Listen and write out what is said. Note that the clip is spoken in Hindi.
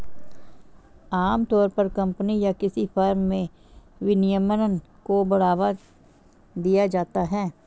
आमतौर पर कम्पनी या किसी फर्म में विनियमन को बढ़ावा दिया जाता है